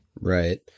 Right